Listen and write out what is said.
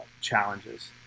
challenges